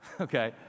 okay